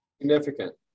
Significant